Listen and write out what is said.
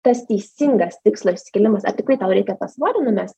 tas teisingas tikslo išsikėlimas ar tikrai tau reikia tą svorį numest